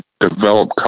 develop